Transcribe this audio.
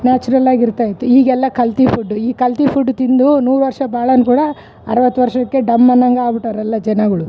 ನ್ಯಾಚುರಲಾಗಿ ಇರ್ತ ಇತ್ತು ಈಗೆಲ್ಲ ಕಲ್ತು ಫುಡ್ ಈ ಕಲ್ತು ಫುಡ್ ತಿಂದು ನೂರು ವರ್ಷ ಬಾಳೋನು ಕೂಡ ಅರವತ್ತು ವರ್ಷಕ್ಕೆ ಡಮ್ ಅನ್ನೊಂಗೆ ಆಗ್ಬುಟ್ಟೋರೆ ಎಲ್ಲ ಜನಗಳು